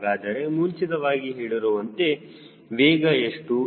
ಹಾಗಾದರೆ ಮುಂಚಿತವಾಗಿ ಹೇಳಿರುವಂತಹ ವೇಗ ಎಷ್ಟು